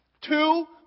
Two